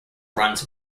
runs